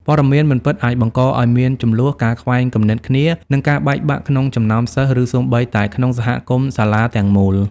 ព័ត៌មានមិនពិតអាចបង្កឲ្យមានជម្លោះ ការខ្វែងគំនិតគ្នា និងការបែកបាក់ក្នុងចំណោមសិស្ស ឬសូម្បីតែក្នុងសហគមន៍សាលាទាំងមូល។